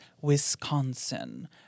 Wisconsin